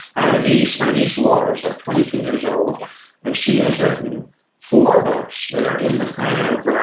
i have a niece, my niece laura is like twenty two years old and she has written four books that are in the kind of